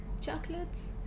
chocolates